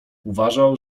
uważał